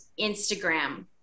Instagram